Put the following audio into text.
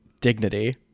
dignity